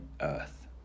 Earth